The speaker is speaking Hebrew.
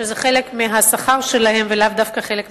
שזה חלק מהשכר שלהם ולאו דווקא חלק מהטבה.